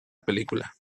película